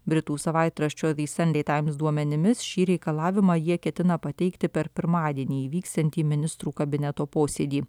britų savaitraščio vi sandei taims duomenimis šį reikalavimą jie ketina pateikti per pirmadienį įvyksiantį ministrų kabineto posėdį